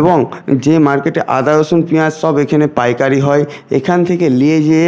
এবং যে মার্কেটে আদা রসুন পেঁয়াজ সব এইখানে পাইকারি হয় এইখান থেকে নিয়ে গিয়ে